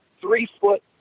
three-foot